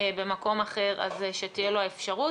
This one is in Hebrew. במקום אחר אז שתהיה לו האפשרות.